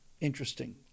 interesting